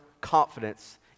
confidence